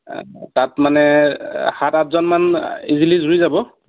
তাত মানে সাত আঠজনমান ইজিলি জুৰি যাব